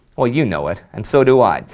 ah you know it, and so do i,